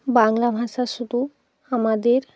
বাংলা ভাষা শুধু আমাদের